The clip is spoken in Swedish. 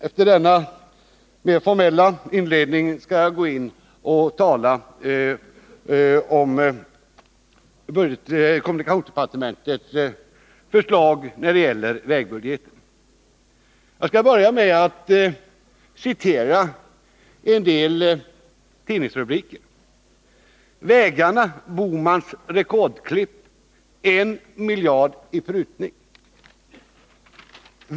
Efter denna mer formella inledning skall jag gå över till att tala om kommunikationsdepartementets förslag när det gäller vägbudgeten. Jag skall börja med att citera en del tidningsrubriker.